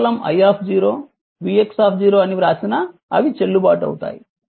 కానీ కేవలం i vx అని వ్రాసినా అవి చెల్లుబాటు అవుతాయి